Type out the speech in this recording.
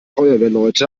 feuerwehrleute